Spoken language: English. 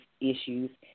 issues